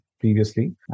previously